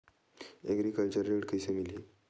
Agriculture ऋण कइसे मिलही?